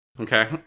Okay